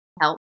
help